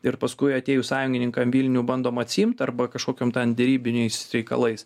ir paskui atėjus sąjungininkam vilnių bandom atsiimt arba kažkokiom ten derybiniais reikalais